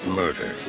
murder